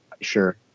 sure